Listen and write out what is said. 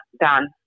done